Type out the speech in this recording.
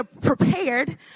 prepared